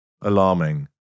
alarming